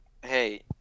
Hey